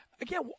again